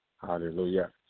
Hallelujah